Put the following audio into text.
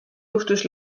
juhtus